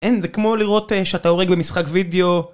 אין זה כמו לראות שאתה הורג במשחק וידאו